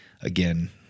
again